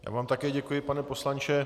Já vám také děkuji, pane poslanče.